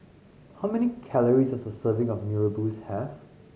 how many calories does a serving of Mee Rebus have